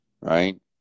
right